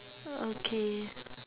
okay